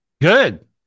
good